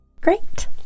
Great